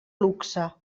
luxe